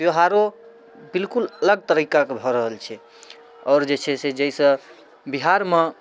त्यौहारो बिल्कुल अलग तरीका के भऽ रहल छै आऔर जे छै से जै से जैसँ बिहार मे